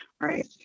right